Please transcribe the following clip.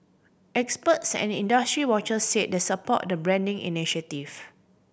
experts and industry watchers said they support the branding initiative